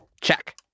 Check